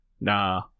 nah